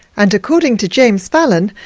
and according to james fallon,